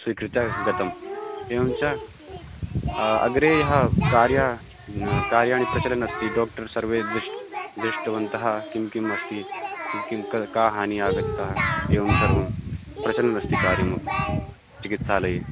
स्वीकृत्य गतम् एवं च अग्रे यत् कार्यं कार्याणि प्रचलन् अस्ति डोक्टर् सर्वे दृष् दृष्टवन्तः किं किम् अस्ति किं किं का हानिः आगता एवं सर्वं प्रचलन्नस्ति कार्यमपि चिकित्सालये